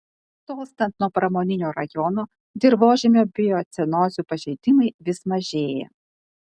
tolstant nuo pramoninio rajono dirvožemio biocenozių pažeidimai vis mažėja